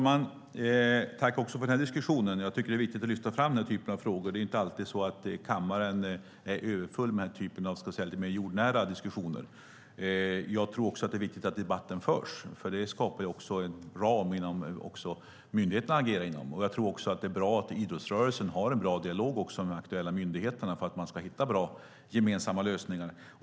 Herr talman! Tack för den här diskussionen. Det är viktigt att lyfta fram den här typen av frågor. Det är inte alltid så att kammaren är överfull med den här typen av lite mer jordnära diskussioner. Det är också viktigt att debatten förs. Det skapar en ram för myndigheterna att agera inom. Det är bra att idrottsrörelsen har en bra dialog med de aktuella myndigheterna för att man ska hitta bra gemensamma lösningar.